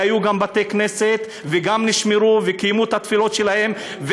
היו גם בתי-כנסת וגם נשמרו וקיימו את התפילות שלהם.